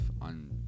on